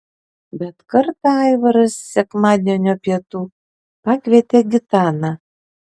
bet kartą aivaras sekmadienio pietų pakvietė gitaną